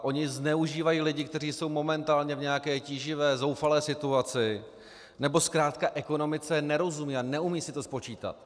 Oni zneužívají lidi, kteří jsou momentálně v nějaké tíživé, zoufalé situaci, nebo zkrátka ekonomice nerozumí a neumí si to spočítat.